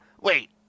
Wait